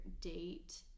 date